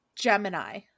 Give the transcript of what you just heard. gemini